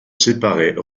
séparer